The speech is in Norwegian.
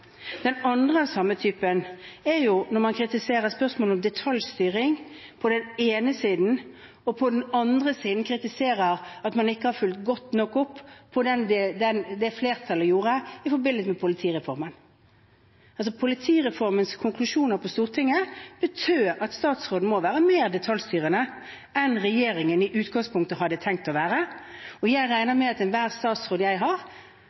er når man kritiserer spørsmål om detaljstyring på den ene side og på den annen side kritiserer at man ikke har fulgt godt nok opp det flertallet gjorde i forbindelse med politireformen. Politireformens konklusjoner på Stortinget betyr at statsråden må være mer detaljstyrende enn regjeringen i utgangspunktet hadde tenkt å være, og jeg regner med at enhver statsråd jeg har,